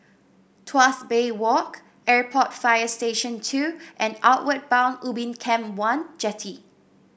Tuas Bay Walk Airport Fire Station Two and Outward Bound Ubin Camp one Jetty